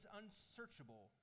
unsearchable